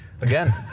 again